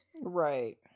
Right